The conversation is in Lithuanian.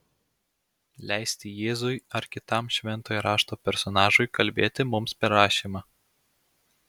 leisti jėzui ar kitam šventojo rašto personažui kalbėti mums per rašymą